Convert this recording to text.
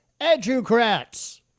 educrats